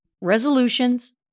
resolutions